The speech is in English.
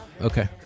Okay